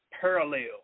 parallel